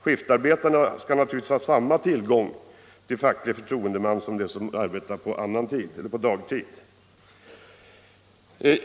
Skiftarbetarna skall naturligtvis ha samma tillgång till facklig förtroendeman som de som arbetar på dagtid.